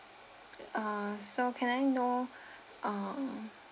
uh so can I know um